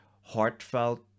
heartfelt